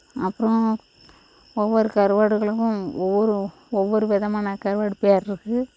அப்புறோம் ஒவ்வொரு கருவாடுகளுக்கும் ஒவ்வொரு ஒவ்வொரு விதமான கருவாடு பேர் இருக்குது